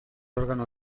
órgano